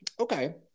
okay